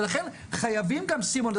ולכן חייבים גם סימון,